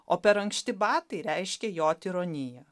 o per ankšti batai reiškė jo tironiją